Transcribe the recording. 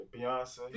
Beyonce